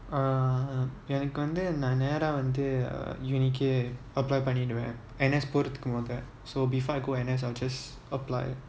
uh எனக்கு வந்து எனக்கு வந்து நான் நேரா வந்து:enaku vanthu enaku vanthu naan neraa vanthu uh uni கே அப்ளை பண்ணிடுவேன்:ke aplai panniduvan N_S போறதுக்காக:porathukaaka so before I go N_S I'll just apply